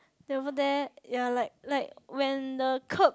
then over there ya like like when the curb